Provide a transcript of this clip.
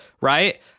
right